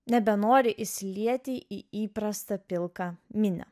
nebenori įsilieti į įprastą pilką minią